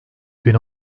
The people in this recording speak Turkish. bin